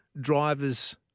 drivers